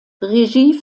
regie